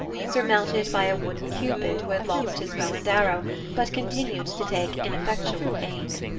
surmounted by a wooden cupid who had lost his bow and arrow but continued to take ineffectual aim.